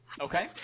Okay